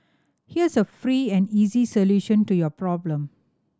here's a free and easy solution to your problem